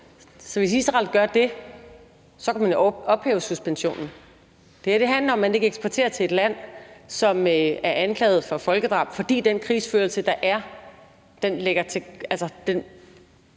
Så hvis Israel gør det, kan man jo ophæve suspensionen. Det her handler om, at man ikke eksporterer til et land, som er anklaget for folkedrab, fordi den krigsførelse, der er, bygger op